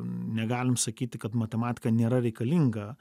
negalim sakyti kad matematika nėra reikalinga